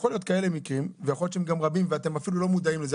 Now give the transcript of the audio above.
ויכול להיות שהם גם רבים ואתם אפילו לא מודעים לזה.